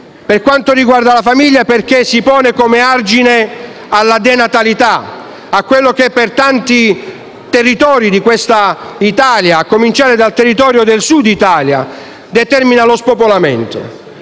Per quanto riguarda la famiglia, è importante perché si pone come argine alla denatalità, a quello che per tanti territori della nostra Italia, a cominciare dal territorio del Sud Italia, determina lo spopolamento.